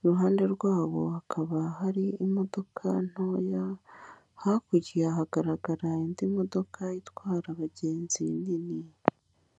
iruhande rw'abo hakaba hari imodoka ntoya, hakurya hagaragara indi modoka itwara abagenzi nini.